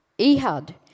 Ehud